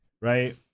right